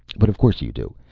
but of course you do.